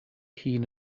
hun